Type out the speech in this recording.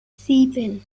sieben